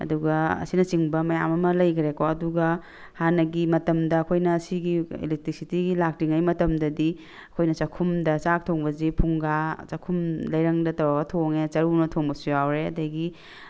ꯑꯗꯨꯒ ꯑꯁꯤꯅ ꯆꯤꯡꯕ ꯃꯌꯥꯝ ꯑꯃ ꯂꯩꯈ꯭꯭ꯔꯦ ꯀꯣ ꯑꯗꯨꯒ ꯍꯥꯟꯅꯒꯤ ꯃꯇꯝꯗ ꯑꯩꯈꯣꯏꯅ ꯁꯤꯒꯤ ꯑꯦꯂꯦꯛꯇ꯭ꯔꯤꯁꯤꯇꯤꯒꯤ ꯂꯥꯛꯇ꯭ꯔꯤꯉꯩ ꯃꯇꯝꯗꯗꯤ ꯑꯩꯈꯣꯏꯅ ꯆꯥꯛꯈꯨꯝꯗ ꯆꯥꯛ ꯊꯣꯡꯕꯁꯤ ꯐꯨꯡꯒꯥ ꯆꯥꯛꯈꯨꯝ ꯂꯩꯔꯪꯗ ꯇꯧꯔꯒ ꯊꯣꯡꯉꯦ ꯆꯔꯨꯅ ꯊꯣꯡꯕꯁꯨ ꯌꯥꯎꯔꯦ ꯑꯗꯨꯗꯒꯤ